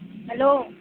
hello